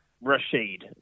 Rashid